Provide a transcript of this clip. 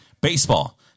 baseball